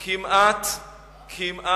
אתה משווה את גזירת המלך הרומי לממשלה?